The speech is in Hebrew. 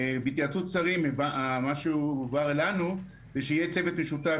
בהתייעצות שרים הובהר לנו שיהיה צוות משותף